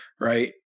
right